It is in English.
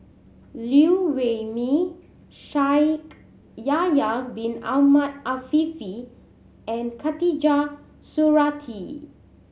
Liew Wee Mee Shaikh Yahya Bin Ahmed Afifi and Khatijah Surattee